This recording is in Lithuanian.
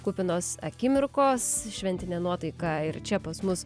kupinos akimirkos šventinė nuotaika ir čia pas mus